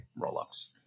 rollups